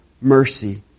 mercy